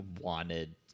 wanted